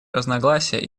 разногласия